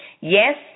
yes